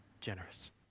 generous